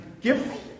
give